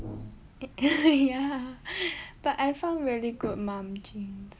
ya but I found really good mom jeans